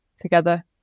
together